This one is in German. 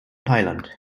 thailand